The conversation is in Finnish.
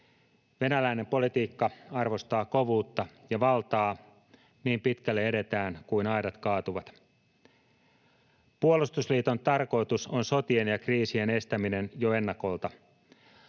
Venäläinen politiikka arvostaa kovuutta ja valtaa. Niin pitkälle edetään kuin aidat kaatuvat. Puolustusliiton tarkoitus on sotien ja kriisien estäminen jo ennakolta.